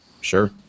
Sure